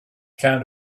kind